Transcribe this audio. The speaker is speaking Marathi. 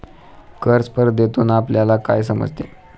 कर स्पर्धेतून आपल्याला काय समजते?